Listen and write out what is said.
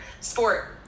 sport